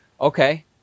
Okay